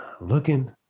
looking